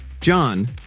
John